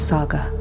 Saga